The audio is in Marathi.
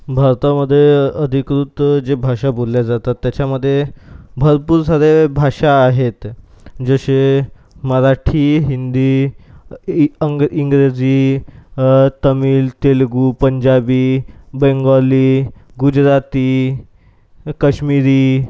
भारतामधे अधिकृत जे भाषा बोलल्या जातात त्याच्यामधे भरपूर सारे भाषा आहेत जसे मराठी हिंदी इ अंग इंग्रजी तमिळ तेलगू पंजाबी बेंगॉली गुजराती कश्मिरी